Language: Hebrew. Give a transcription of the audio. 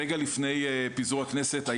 רגע לפני פיזור הכנסת,